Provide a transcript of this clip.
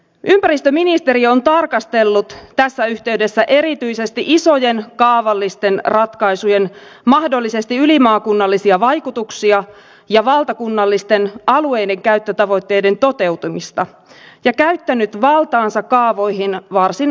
ympäristöministeriö on tarkastellut tässä yhteydessä erityisesti isojen kaavallisten ratkaisujen mahdollisia ylimaakunnallisia vaikutuksia ja valtakunnallisten alueidenkäyttötavoitteiden toteutumista ja käyttänyt valtaansa kaavoihin varsin maltillisesti